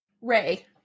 Ray